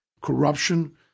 Corruption